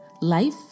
life